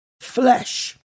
flesh